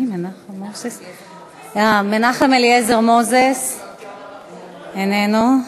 מנחם אליעזר מוזס, איננו,